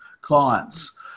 clients